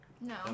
No